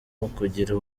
ukugira